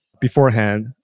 beforehand